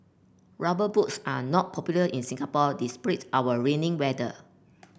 rubber boots are not popular in Singapore our rainy weather